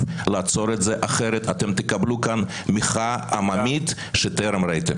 לעצור את זה כי אחרת אתם תקבלו כאן מחאה עממית שטרם ראיתם כמותה.